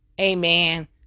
Amen